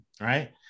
right